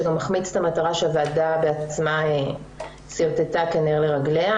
שזה מחמיץ את המטרה שהוועדה בעצמה העמידה כנר לרגליה.